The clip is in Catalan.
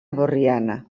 borriana